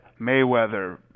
Mayweather